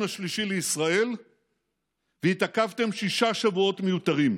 השלישי לישראל והתעכבתם שישה שבועות מיותרים.